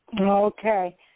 Okay